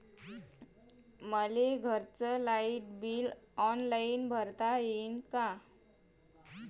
मले घरचं light bill online भरता येईन का?